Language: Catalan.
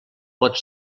pot